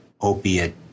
opiate